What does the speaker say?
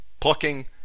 Plucking